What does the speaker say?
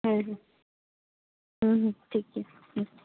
ᱦᱮᱸ ᱦᱮᱸ ᱦᱩᱸ ᱦᱩᱸ ᱴᱷᱤᱠ ᱜᱮᱭᱟ ᱦᱩ